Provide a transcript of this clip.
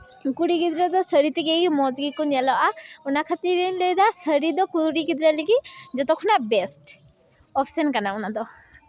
ᱠᱩᱲᱤ ᱜᱤᱫᱽᱨᱟᱹ ᱫᱚ ᱥᱟᱹᱲᱤ ᱛᱮᱜᱮ ᱢᱚᱡᱽ ᱜᱮᱠᱚ ᱧᱮᱞᱚᱜᱼᱟ ᱚᱱᱟ ᱠᱟᱹᱛᱷᱤᱨ ᱤᱧ ᱞᱟᱹᱭᱮᱫᱟ ᱥᱟᱹᱲᱤ ᱫᱚ ᱠᱩᱲᱤ ᱜᱤᱫᱽᱨᱟᱹ ᱞᱟᱹᱜᱤᱫ ᱡᱚᱛᱚ ᱠᱷᱚᱱᱟᱜ ᱵᱮᱥᱴ ᱚᱯᱷᱥᱮᱱ ᱠᱟᱱᱟ ᱚᱱᱟ ᱫᱚ